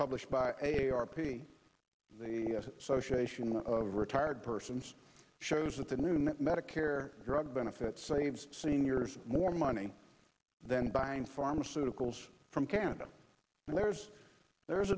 published by a r p the socialization of retired persons shows that the new new medicare drug benefit saves seniors more money than buying pharmaceuticals from canada and there's there's